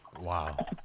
Wow